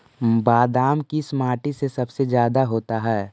बादाम किस माटी में सबसे ज्यादा होता है?